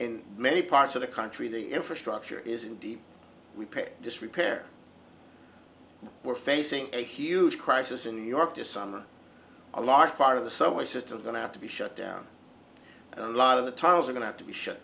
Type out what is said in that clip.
in many parts of the country the infrastructure is in deep we pick disrepair we're facing a huge crisis in new york this summer a large part of the subway system going to have to be shut down a lot of the tunnels are going to be shut